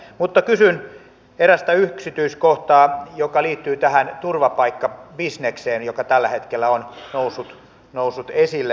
mutta kysyn eräästä yksityiskohdasta joka liittyy tähän turvapaikkabisnekseen joka tällä hetkellä on noussut esille